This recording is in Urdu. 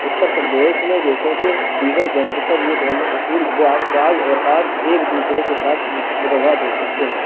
اتّر پردیش میں جیسے کہ دیگر جگہوں پر یہ دونوں اصول بعض بعض اوقات ایک دوسرے کے ساتھ متضاد ہو سکتے ہیں